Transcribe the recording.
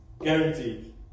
Guaranteed